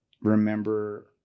remember